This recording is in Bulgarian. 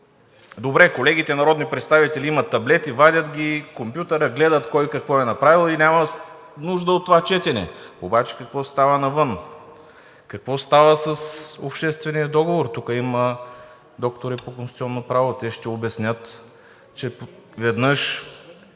Добре, колегите народни представители имат компютър, таблети, вадят ги, гледат кой какво е направил и няма нужда от това четене. Обаче какво става навън? Какво става с обществения договор? Тук има доктори по конституционно право и те ще обяснят, че веднъж